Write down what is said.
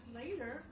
later